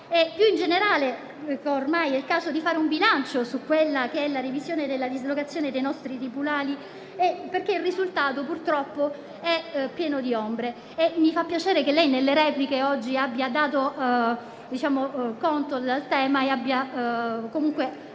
Più in generale ormai è il caso di fare un bilancio su quella che è la revisione della dislocazione dei nostri tribunali, visto che il risultato purtroppo è pieno di ombre. Mi fa piacere dunque che lei, signora Ministra, nella sua replica oggi abbia dato conto del tema e abbia comunque